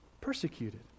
persecuted